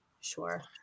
Sure